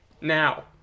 Now